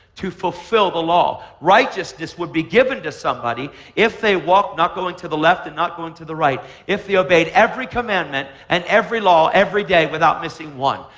to fulfill the law. righteousness would be given to somebody if they walked not going to the left and not going to the right, if they obeyed every commandment and every law every day without missing one.